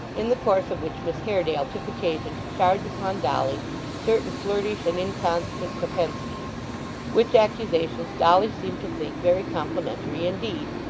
in the course of which miss haredale took occasion to charge upon dolly certain flirtish and inconstant propensities which accusations dolly seemed to think very complimentary indeed,